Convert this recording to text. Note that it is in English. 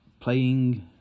playing